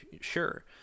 sure